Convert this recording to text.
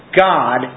God